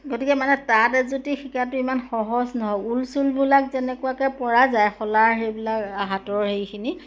গতিকে মানে তাঁত এযুটি শিকাটো ইমান সহজ নহয় ঊল চুলবিলাক যেনেকুৱাকে পৰা যায় শলা সেইবিলাক হাতৰ হেৰিখিনি